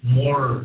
more